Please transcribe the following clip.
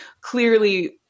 clearly